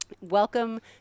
Welcome